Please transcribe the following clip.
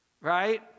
Right